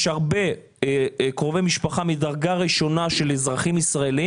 יש הרבה קרובי משפחה מדרגה ראשונה של אזרחים ישראל,